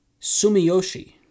Sumiyoshi